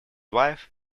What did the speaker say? wife